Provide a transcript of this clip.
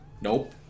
nope